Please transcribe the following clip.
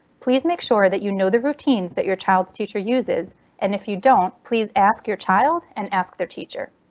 please make sure that you know the routines that your child's teacher uses and, if you don't, please ask your child and ask their teacher.